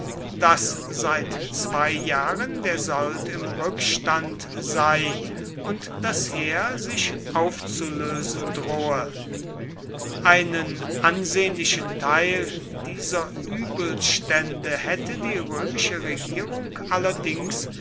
daß seit zwei jahren der sold im rückstand sei und das heer sich aufzulösen drohe einen ansehnlichen teil dieser übelstände hätte die römische regierung allerdings